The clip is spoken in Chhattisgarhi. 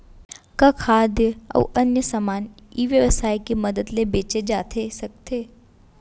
का खाद्य अऊ अन्य समान ई व्यवसाय के मदद ले बेचे जाथे सकथे?